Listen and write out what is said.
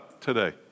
today